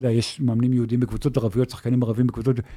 ויש מאמנים יהודים בקבוצות ערביות, שחקנים ערבים בקבוצות.